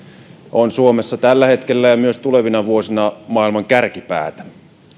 on suomessa tällä hetkellä ja myös tulevina vuosina maailman kärkipäätä